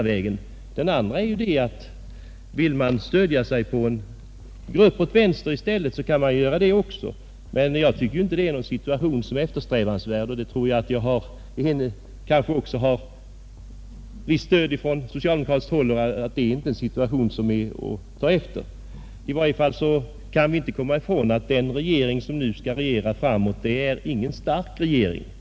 Vill man i stället stödia sig på en grupp åt vänster, kan man göra det. Men jag tycker inte att det är någon eftersträvansvärd situation — och för den uppfattningen har jag kanske också stöd från socialdemokratiskt häll. I varje fall kan vi inte komma ifrån att det inte är en stark regering som nu skall regera.